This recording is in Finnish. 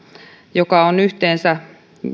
joka on yhteensä